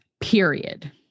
Period